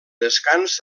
descans